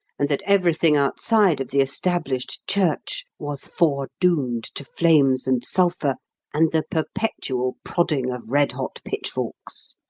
and that everything outside of the established church was foredoomed to flames and sulphur and the perpetual prodding of red-hot pitchforks.